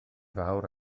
fawr